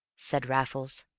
said raffles.